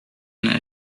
n’as